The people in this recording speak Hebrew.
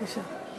בבקשה.